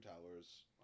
Towers